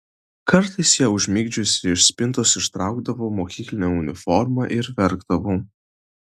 kartais ją užmigdžiusi iš spintos išsitraukdavau mokyklinę uniformą ir verkdavau